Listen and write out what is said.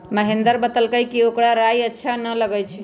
महेंदर बतलकई कि ओकरा राइ अच्छा न लगई छई